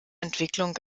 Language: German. entwicklung